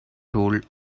told